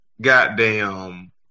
goddamn